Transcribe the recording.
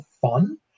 fun